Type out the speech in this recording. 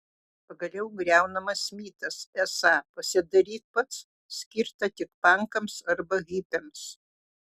pagaliau griaunamas mitas esą pasidaryk pats skirta tik pankams arba hipiams